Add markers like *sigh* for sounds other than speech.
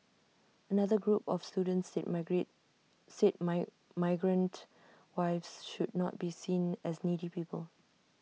another group of students said *unintelligible* said might migrant wives should not be seen as needy people